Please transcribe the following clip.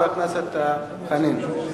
חבר הכנסת חנין.